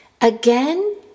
Again